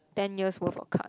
ten years worth of card